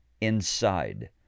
inside